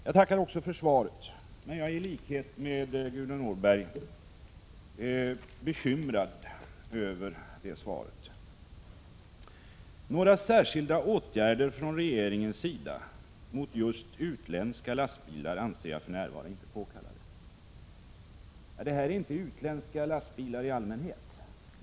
Jag tackar för svaret, men jag är liksom Gudrun Norberg bekymrad över det. ”Några särskilda åtgärder från regeringens sida mot just utländska lastbilar anser jag för närvarande inte påkallade.” Detta säger försvarsministern i sitt svar. — Men min fråga gäller inte utländska lastbilar i allmänhet!